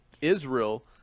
Israel